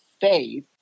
faith